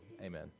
Amen